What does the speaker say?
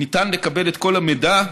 ניתן לקבל את כל המידע,